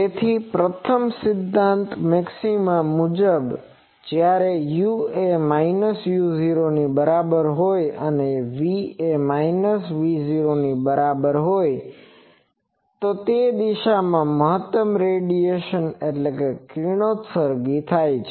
તેથી પ્રથમ સિધ્ધાંત મેક્સિમા મુજબ જ્યારે u એ ની બરાબર હોય અને V એ ની બરાબર હોય તો તે દિશામાં મહત્તમ રેડિયેશનradiationકિરણોત્સર્ગ થાય છે